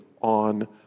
on